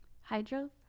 hydro